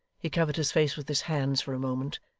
he covered his face with his hands for a moment,